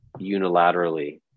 unilaterally